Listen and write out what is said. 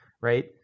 right